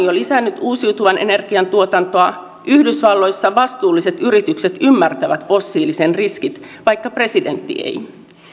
jo lisännyt uusiutuvan energian tuotantoa yhdysvalloissa vastuulliset yritykset ymmärtävät fossiilisen riskit vaikka presidentti ei